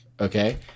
okay